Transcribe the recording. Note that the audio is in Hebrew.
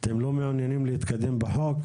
אתם לא מעוניינים להתקדם בחוק?